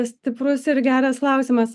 stiprus ir geras klausimas